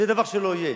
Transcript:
זה דבר שלא יהיה.